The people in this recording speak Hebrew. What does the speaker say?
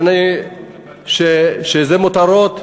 שהם מותרות,